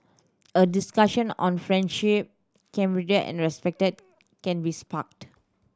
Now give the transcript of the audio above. a discussion on friendship camaraderie and respect can be sparked